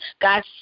God